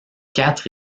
quatre